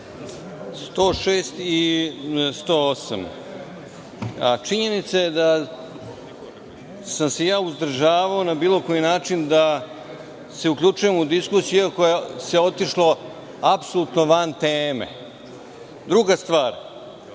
106. i 108.Činjenica je da sam se uzdržavao na bilo koji način da se uključujem u diskusiju koja je otišla apsolutno van teme. Druga stvar,